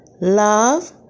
Love